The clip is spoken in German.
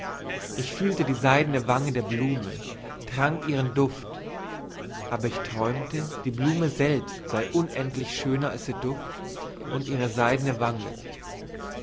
ich fühlte die seidene wange der blume trank ihren duft aber ich träumte die blume selbst sei unendlich schöner als ihr duft und ihre seidene wange